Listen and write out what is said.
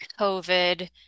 COVID